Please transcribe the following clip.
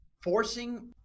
forcing